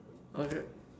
okay